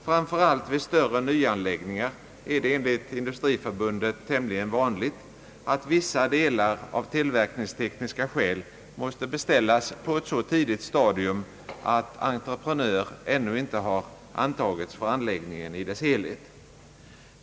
Framför allt vid större nyanläggningar är det enligt Industriförbundet tämligen vanligt att vissa delar av tillverkningstekniska skäl måste beställas på ett så tidigt stadium att entreprenör inte antagits för anläggningen i dess helhet.